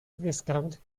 viscount